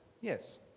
Yes